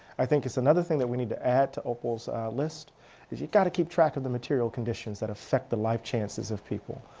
i think it's another thing that we need to add to opal's list is you got to keep track of the material conditions that effect the life chances of people.